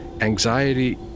Anxiety